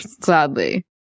Gladly